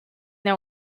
they